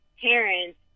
parents